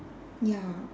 ya